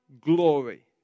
glory